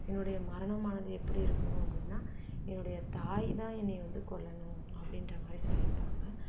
என்னுடைய மரணமானது எப்படி இருக்கணும் அப்படின்னா என்னுடைய தாய் தான் என்னை வந்து கொல்லணும் அப்படின்ற மாதிரி சொல்லியிருப்பாங்க